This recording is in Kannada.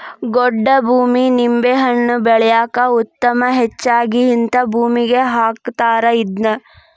ಗೊಡ್ಡ ಭೂಮಿ ನಿಂಬೆಹಣ್ಣ ಬೆಳ್ಯಾಕ ಉತ್ತಮ ಹೆಚ್ಚಾಗಿ ಹಿಂತಾ ಭೂಮಿಗೆ ಹಾಕತಾರ ಇದ್ನಾ